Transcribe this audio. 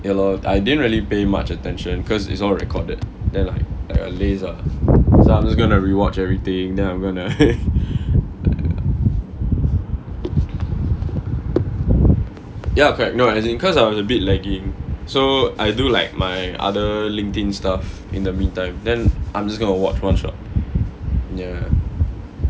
ya lor I didn't really pay much attention cause it's all recorded then like like I laze ah so I just gonna re-watch everything then I'm gonna ya correct no as in cause I was a bit lagging so I do like my other linking stuff in the meantime then I'm just going to watch one shot ya